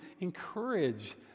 encourage